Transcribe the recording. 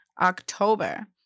October